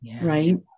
Right